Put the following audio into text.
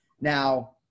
Now